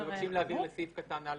אנחנו רוצים להעביר לסעיף קטן (א)(1)?